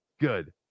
good